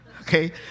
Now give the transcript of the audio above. okay